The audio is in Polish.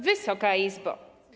Wysoka Izbo!